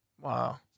Wow